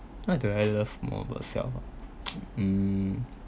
what do I love more ah hmm